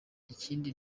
ikindi